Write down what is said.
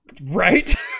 Right